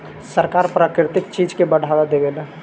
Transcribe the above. सरकार प्राकृतिक चीज के बढ़ावा देवेला